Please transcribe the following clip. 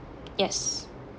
yes